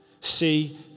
see